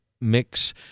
mix